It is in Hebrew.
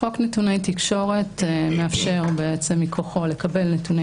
חוק נתוני תקשורת מאפשר מכוחו לקבל נתוני